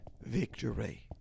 victory